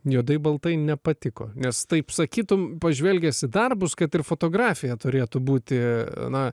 juodai baltai nepatiko nes taip sakytum pažvelgęs į darbus kad ir fotografija turėtų būti na